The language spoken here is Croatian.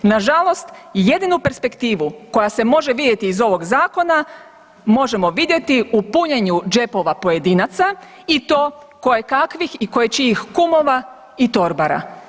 Nažalost jedinu perspektivu koja se može vidjeti iz ovog zakona možemo vidjeti u punjenju džepova pojedinaca i to koje kakvih i koje čijih kumova i torbara.